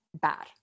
bad